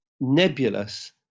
nebulous